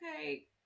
okay